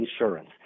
insurance